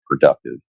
productive